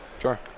sure